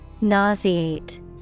Nauseate